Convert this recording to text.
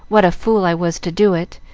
what a fool i was to do it!